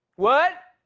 what?